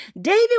David